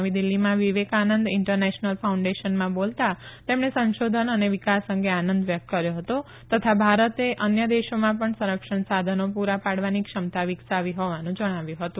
નવી દિલ્ફીમાં વિવેકાનંદ ઇન્ટરનેશનલ ફાઉન્ડેશનમાં બોલતાં તેમણે સંશોધન અને વિકાસ અંગે આનંદ વ્યકત કર્યો હતો તથા ભારતે અન્ય દેશોમાં પણ સંરક્ષણ સાધનો પૂરા પાડવાની ક્ષમતા વિકસાવી હોવાનું જણાવ્યું હતું